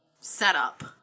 setup